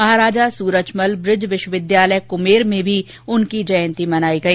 महाराजा सूरजमल बृज विश्वविद्यालय कुम्हेर में भी उनकी जयंती मनाई गई